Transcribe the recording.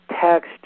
text